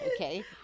Okay